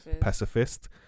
Pacifist